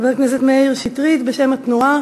חבר הכנסת שטרית, בשם התנועה.